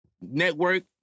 Network